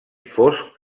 fosc